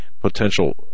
potential